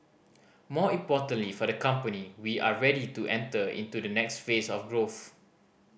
more importantly for the company we are ready to enter into the next phase of growth